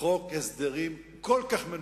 חוק הסדרים כל כך מנופח.